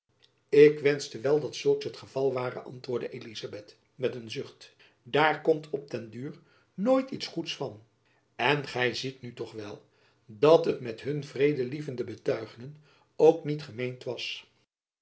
ik wenschte wel dat zulks het geval ware antwoordde elizabeth met een zucht daar komt op den duur nooit iets goeds van en gy ziet nu toch wel dat het met hun vredelievende betuigingen ook niet gemeend was